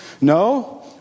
No